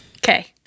Okay